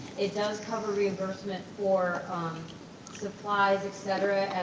it does cover reimbursement for um supplies, et cetera,